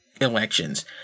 elections